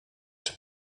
czy